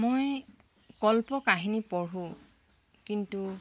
মই কল্প কাহিনী পঢ়োঁ কিন্তু